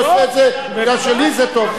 אני עושה את זה בגלל שלי זה טוב.